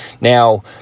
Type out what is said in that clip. Now